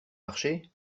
marcher